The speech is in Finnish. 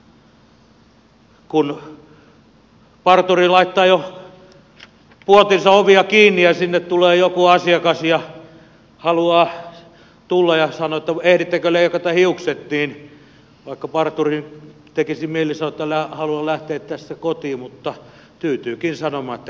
kun parturi laittaa jo puotinsa ovia kiinni ja sinne haluaa tulla joku asiakas ja sanoo että ehdittekö leikata hiukset niin vaikka parturin tekisi mieli sanoa että haluan lähteä tästä kotiin niin hän tyytyykin sanomaan että kyllä keritään keritään